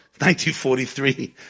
1943